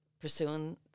pursuing